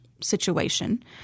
situation